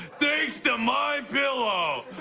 thanks to my pillow.